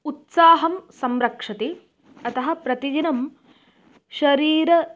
उत्साहं संरक्षति अतः प्रतिदिनं शरीरं